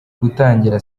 gutangira